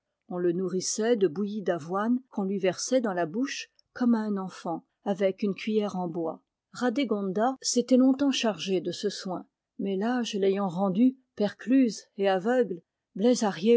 on le nourrissait de bouillie d'avoine qu'on lui versait dans la bouche comme à un enfant avec une cuiller en bois radégonda s'était longtemps chargée de ce soin mais l'âge l'ayant rendue percluse et aveugle